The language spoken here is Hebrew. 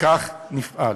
וכך נפעל.